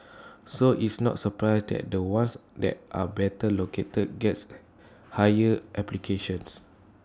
so it's no surprise that the ones that are better located gets higher applications